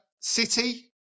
City